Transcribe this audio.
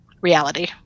reality